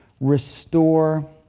restore